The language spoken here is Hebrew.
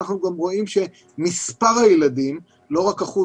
אנחנו גם רואים שמספר הילדים לא רק אחוז